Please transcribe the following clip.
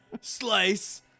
Slice